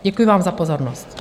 Děkuji vám za pozornost.